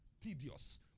tedious